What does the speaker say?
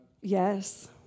Yes